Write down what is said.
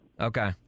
okay